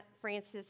Francis